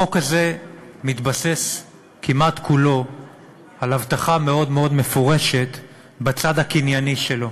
החוק הזה מתבסס כמעט כולו על הבטחה מאוד מאוד מפורשת בצד הקנייני שלו,